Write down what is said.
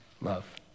love